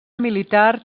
militar